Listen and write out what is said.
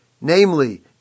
namely